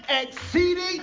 Exceeding